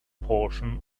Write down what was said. portion